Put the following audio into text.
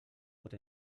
pot